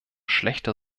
schlechter